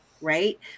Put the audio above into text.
right